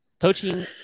coaching